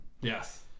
yes